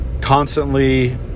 constantly